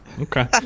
Okay